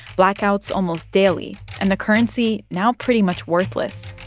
blackouts almost daily and the currency now pretty much worthless.